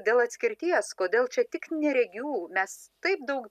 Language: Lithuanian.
dėl atskirties kodėl čia tik neregių mes taip daug